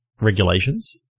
regulations